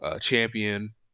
champion